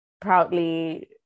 proudly